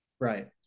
right